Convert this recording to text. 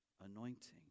Anointing